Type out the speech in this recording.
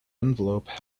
envelope